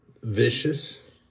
Vicious